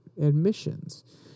admissions